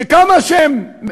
שכמה שהם,